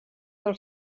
del